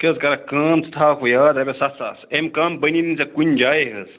ژٕ کیٛاہ حظ کَرَکھ کٲم ژٕ تھاوَکھ وۅنۍ یاد رۄپیَس سَتھ ساس اَمہِ کَم بٔنی نہٕ ژےٚ کُنہِ جایہِ حظ